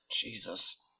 Jesus